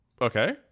Okay